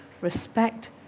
respect